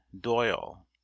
doyle